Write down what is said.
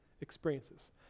experiences